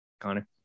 Connor